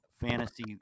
fantasy